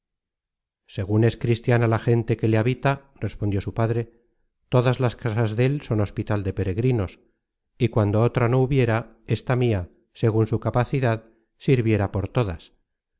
segun es cristiana la gente que le habita respondió su padre todas las casas del son hospital de peregrinos y cuando otra no hubiera esta mia segun su capacidad sirviera por todas